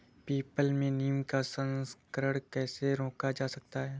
People में नीम का संकरण कैसे रोका जा सकता है?